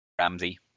Ramsey